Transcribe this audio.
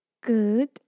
Good